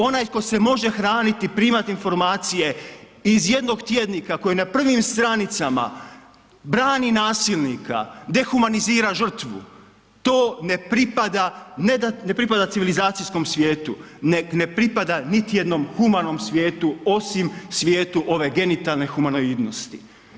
Onaj tko se može hraniti i primati informacije iz jednog tjednika koji na prvim stranicama brani nasilnika, dehumanizira žrtvu to ne pripada, ne da ne pripada civilizacijskom svijetu nego ne pripada niti jednom humanom svijetu osim svijetu ove genitalne humanoidnosti.